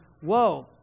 whoa